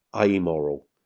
amoral